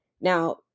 Now